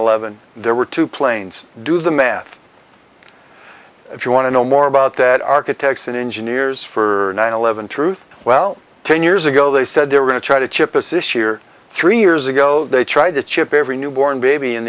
eleven there were two planes do the math if you want to know more about that architects and engineers for nine eleven truth well ten years ago they said they were going to try to chip is this year three years ago they tried to chip every newborn baby in